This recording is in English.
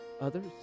others